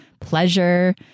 pleasure